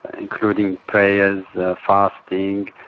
including prayers, fasting,